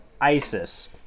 Isis